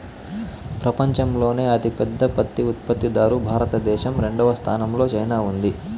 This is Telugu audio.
పపంచంలోనే అతి పెద్ద పత్తి ఉత్పత్తి దారు భారత దేశం, రెండవ స్థానం లో చైనా ఉంది